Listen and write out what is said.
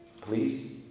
Please